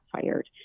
fired